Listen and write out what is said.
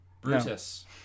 Brutus